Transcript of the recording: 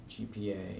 GPA